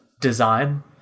design